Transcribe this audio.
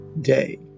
day